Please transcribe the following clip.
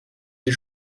des